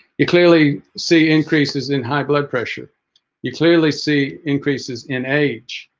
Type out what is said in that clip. you clearly see increases in high blood pressure you clearly see increases in age